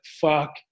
fuck